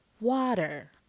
water